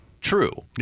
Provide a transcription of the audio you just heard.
true